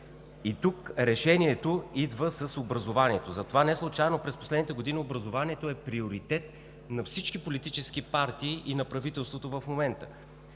Тук решението идва с образованието. Затова неслучайно през последните години образованието е приоритет на всички политически партии и на правителството в момента.